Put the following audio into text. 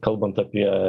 kalbant apie